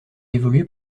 évolué